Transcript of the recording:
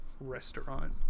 restaurant